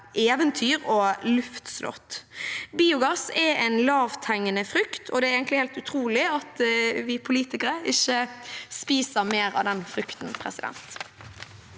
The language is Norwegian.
eventyr og luftslott. Biogass er en lavthengende frukt, og det er egentlig helt utrolig at vi politikere ikke spiser mer av den frukten. Presidenten